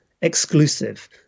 exclusive